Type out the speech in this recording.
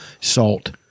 salt